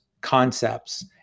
concepts